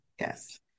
Yes